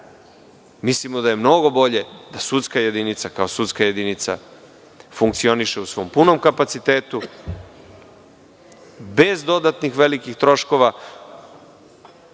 mislimo da je mnogo bolje da sudska jedinica kao sudska jedinica funkcioniše u svom punom kapacitetu, bez dodatnih velikih troškova,